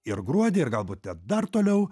ir gruodį ir galbūt net dar toliau